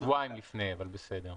שבועיים לפני, אבל בסדר.